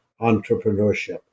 entrepreneurship